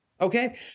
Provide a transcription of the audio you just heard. Okay